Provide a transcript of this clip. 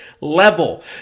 level